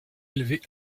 élevée